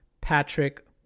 Patrick